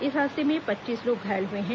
इस हादसे में पच्चीस लोग घायल हुए हैं